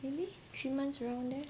maybe three months around there